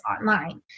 online